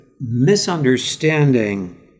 misunderstanding